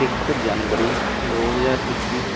ਇਕ ਜਨਵਰੀ ਦੋ ਹਜ਼ਾਰ ਇੱਕੀ